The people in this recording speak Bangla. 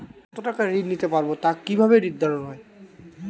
কতো টাকা ঋণ নিতে পারবো তা কি ভাবে নির্ধারণ হয়?